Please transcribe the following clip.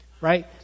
right